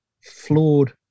flawed